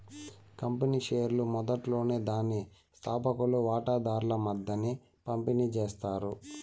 company షేర్లు మొదట్లోనే దాని స్తాపకులు వాటాదార్ల మద్దేన పంపిణీ చేస్తారు